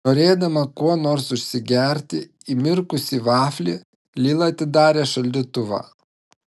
norėdama kuo nors užsigerti įmirkusį vaflį lila atidarė šaldytuvą